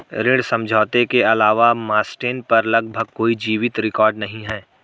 ऋण समझौते के अलावा मास्टेन पर लगभग कोई जीवित रिकॉर्ड नहीं है